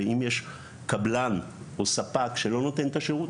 ואם יש קבלן או ספק שלא נותנת השירות,